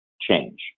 change